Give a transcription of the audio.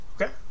okay